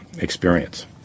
experience